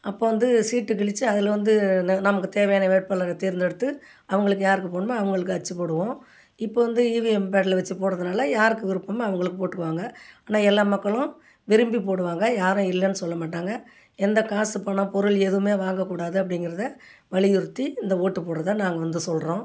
அப்போ வந்து சீட்டு கிழிச்சி அதில் வந்து ந நமக்குத் தேவையான வேட்பாளரை தேர்ந்தெடுத்து அவங்களுக்கு யாருக்கு போடணுமோ அவங்களுக்கு அச்சுப் போடுவோம் இப்போ வந்து ஈவிஎம் பேடில் வச்சு போடுறதுனால யாருக்கு விருப்பமோ அவங்களுக்கு போட்டிருவாங்க ஆனால் எல்லா மக்களும் விரும்பிப் போடுவாங்க யாரும் இல்லைன்னு சொல்ல மாட்டாங்க எந்த காசு பணம் பொருள் எதுவுமே வாங்கக்கூடாது அப்படிங்கறத வலியுறுத்தி இந்த ஓட்டுப் போடுறத நாங்கள் வந்து சொல்கிறோம்